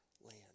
land